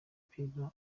mupira